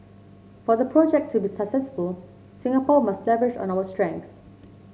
for the project to be successful Singapore must leverage on our strengths